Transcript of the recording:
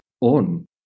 on